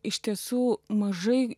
iš tiesų mažai